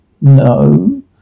no